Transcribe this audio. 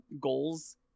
goals